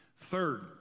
Third